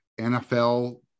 nfl